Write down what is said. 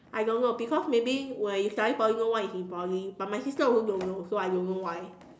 I don't know because maybe when you study Poly no one is in Poly but sister also don't know so I don't know why